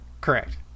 Correct